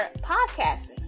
podcasting